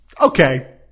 Okay